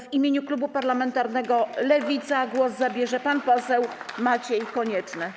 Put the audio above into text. W imieniu klubu parlamentarnego Lewica głos zabierze pan poseł Maciej Konieczny.